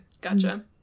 Gotcha